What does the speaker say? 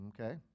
Okay